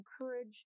encourage